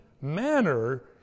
manner